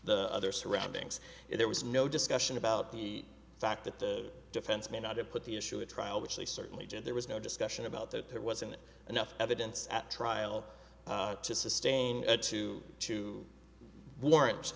the other surroundings if there was no discussion about the fact that the defense may not have put the issue at trial which they certainly did there was no discussion about that there wasn't enough evidence at trial to sustain a two to warrant